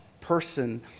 person